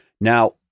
Now